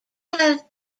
have